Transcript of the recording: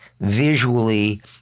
visually